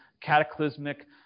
cataclysmic